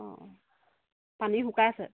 অঁ পানী শুকাইছে